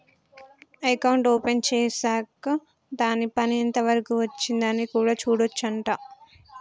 account open చేశాక్ దాని పని ఎంత వరకు వచ్చింది అని కూడా చూడొచ్చు అంట